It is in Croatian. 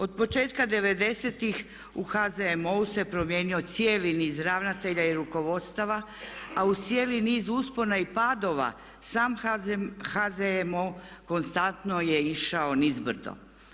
Od početka 90.-tih u HZMO-u se promijenio cijeli niz ravnatelja i rukovodstava a uz cijeli niz uspona i padova sam HZMO konstantno je išao niz brdo.